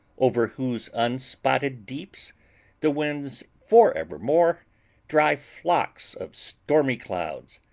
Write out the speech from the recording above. over whose unspotted deeps the winds forevermore drive flocks of stormy clouds,